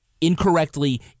incorrectly